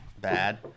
bad